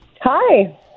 Hi